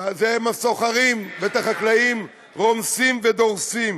הם הסוחרים, ואת החקלאים רומסים ודורסים.